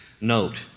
Note